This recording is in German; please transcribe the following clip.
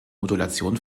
modulation